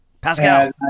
Pascal